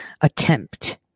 attempt